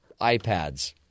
iPads